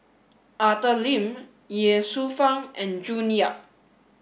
Arthur Lim Ye Shufang and June Yap